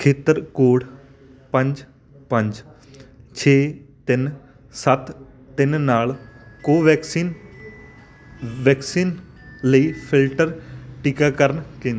ਖੇਤਰ ਕੋਡ ਪੰਜ ਪੰਜ ਛੇ ਤਿੰਨ ਸੱਤ ਤਿੰਨ ਨਾਲ ਕੋਵੈਕਸਿਨ ਵੈਕਸੀਨ ਲਈ ਫਿਲਟਰ ਟੀਕਾਕਰਨ ਕੇਂ